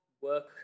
work